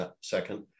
second